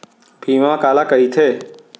बीमा काला कइथे?